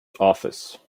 office